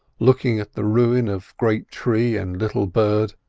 looking at the ruin of great tree and little bird,